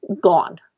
gone